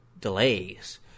delays